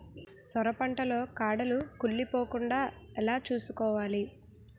సొర పంట లో కాడలు కుళ్ళి పోకుండా ఎలా చూసుకోవాలి?